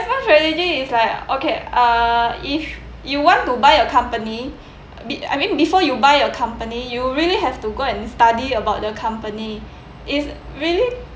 really is like okay uh if you want to buy a company be~ I mean before you buy a company you really have to go and study about the company is really